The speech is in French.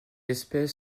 espèce